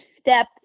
step